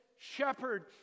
shepherd